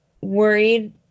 worried